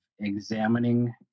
examining